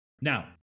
Now